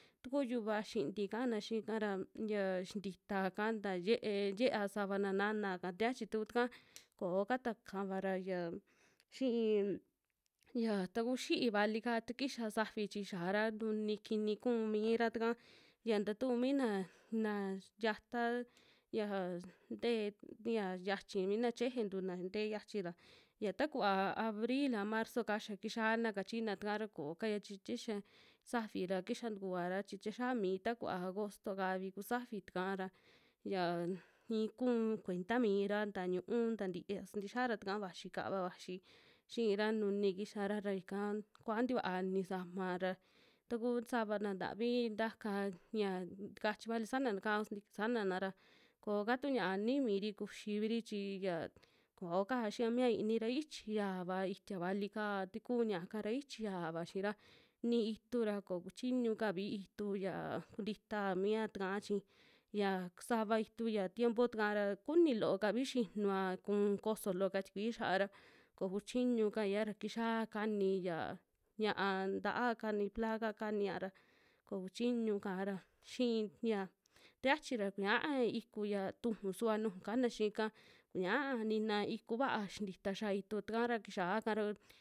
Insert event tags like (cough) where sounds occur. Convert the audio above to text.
Tuku yuva xinti kana xiika ra, ya xintita'ka nta ye'e, ye'ea sava nanaka ta xiachi tau taka koo kata'ka vara ya xii (noise) ya takuu xi'i vali kaa, ta kixa safi chi xiara nuni kini ku'u mira taka, ya ta tu'u miina na yata ya ntee ñia yachi mina chejentu na ntee xiachio ra, ya takuva abril a marzo'ka ya kixiana chiina, takaa ra koo kaia chi tei xa safi ra kixa tikuvara chi tie xiaa mii takuva agosto kavi ku safi takaa ra, yan i'i ku'u kuenta miira tañuu tia sintixiara taka, vaxi kaava vaxi xiira nuni kixara ra ika kua'a tikua nisama ra, taku savana ntavi ntaka yia takachi vali sana'ka a sintiki sanana ra kooka tu ña'a nii miiri kuxiviri chi yaa koo ka, xii mia iini ra ichi yaava itia vali'ka, tikuu ña'aka ra ichi yaava xi'ira nii itu ra kokuchiñu kavi itu yaa kuntita mia takaa chi, ya sava itu ya tiempo takaa ra kuni loo kavi xinua ku koso looka tikui xia'a ra, ko kuu chiñu kaira kixia kani yaa ña'a nta'a kani taa'ka kani ña'a ra ko kuchiñu kaa'ra xii ya ta xiachji ra kuñiaa iku yaa tuju suva nuju kaana xiika kuñaa nina iku vaa xintita xa'a itu. takaa ra kixia'ka ra.